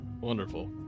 wonderful